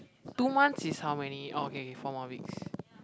two months is how many orh okay okay four more weeks